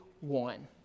one